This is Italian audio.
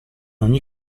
ogni